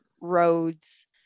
roads